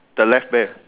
the left bear